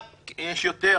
יש יותר.